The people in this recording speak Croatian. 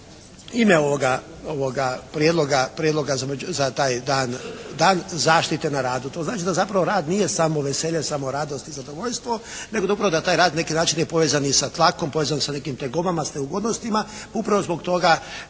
ime prijedloga za taj dan zaštite na radu. To znači da zapravo rad nije samo veselje, samo radost i zadovoljstvo, nego upravo da taj rad na neki način je povezan i sa tlakom, povezan sa nekim tegobama, sa neugodnostima. Upravo zbog toga